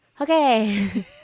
okay